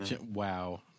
wow